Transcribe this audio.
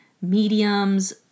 mediums